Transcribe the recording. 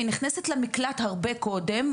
תיכנס למקלט הרבה קודם,